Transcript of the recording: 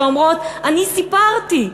שאומרות: אני סיפרתי.